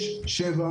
6, איפה?